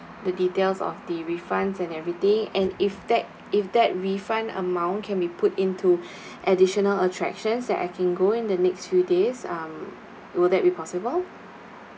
the details of the refunds and everything and if that if that refund amount can be put into additional attractions that I can go in the next few days um will that be possible